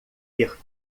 ter